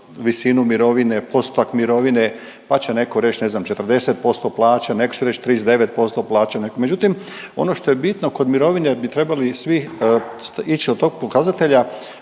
visinu mirovine, postotak mirovine pa će neko reć ne znam 40% plaće, neko će reć 39% plaće, međutim ono što je bitno kod mirovine bi trebali svi ići od tog pokazatelja